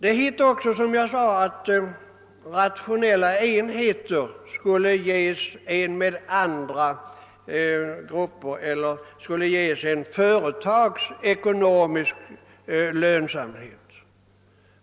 Enligt riksdagsbeslutet skulle också rationella enheter ge företagsekonomisk lönsamhet.